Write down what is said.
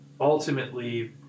ultimately